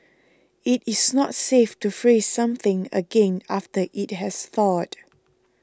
it is not safe to freeze something again after it has thawed